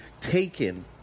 taken